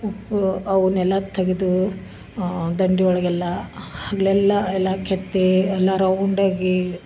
ಉಪ್ಪು ಅವುನ್ನೆಲ್ಲ ತೆಗೆದು ದಂಡಿ ಒಳಗೆಲ್ಲ ಹಗಲೆಲ್ಲ ಎಲ್ಲ ಕೆತ್ತಿ ಎಲ್ಲ ರೌಂಡ್ ಆಗಿ